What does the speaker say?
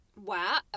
Wow